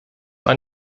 war